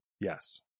Yes